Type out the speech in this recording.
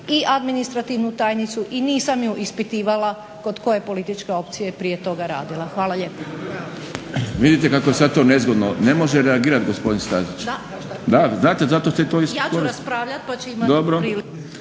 i administrativnu tajnicu i nisam je ispitivala kod koje političke opcije je prije toga radila. Hvala lijepa.